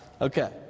Okay